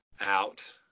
out